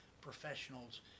professionals